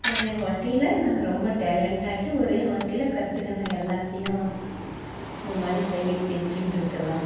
ஒரே வாட்டியில் நான் ரொம்ப டேலண்ட்டு ஒரே வாட்டியில் கற்றுகின எல்லாத்தையும் இந்தமாதிரி செய்யிறது எப்படின்றதுலாம்